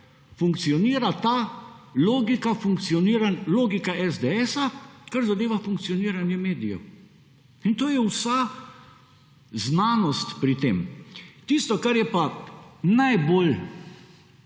funkcionira ta logika SDS-a kar zadeva funkcioniranje medijev. To je vsa znanost pri tem. Tisto, kar je pa najbolj